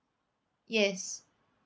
yes